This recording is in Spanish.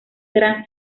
gran